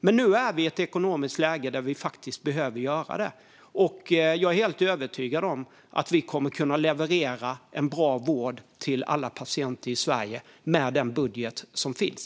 Men nu är vi i ett ekonomiskt läge där vi faktiskt behöver göra det. Jag är helt övertygad om att vi kommer att kunna leverera bra vård till alla patienter i Sverige med den budget som finns.